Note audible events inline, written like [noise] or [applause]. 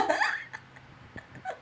[laughs]